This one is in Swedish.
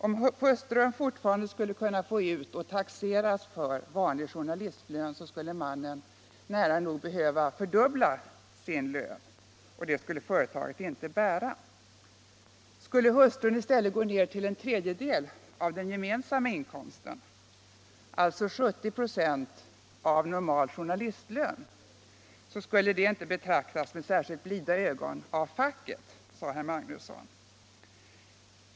Om hustrun skulle kunna få ut och taxeras för en vanlig journalistlön skulle mannen nära nog behöva fördubbla sin lön, och det skulle företaget inte bära. Skulle hustrun i stället gå ned till en tredjedel av den gemensamma inkomsten — alltså 70 ".» av normal journalistlön — skulle det inte betraktas med särskilt blida ögon av facket, sade herr Magnusson.